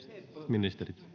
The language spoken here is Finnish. ministerit